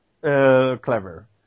clever